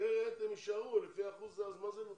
אחרת הם יישארו לפי האחוז מה זה נותן?